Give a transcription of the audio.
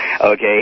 Okay